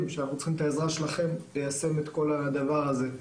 שאנחנו צריכים את העזרה שלכם כדי ליישם את כל הדבר הזה,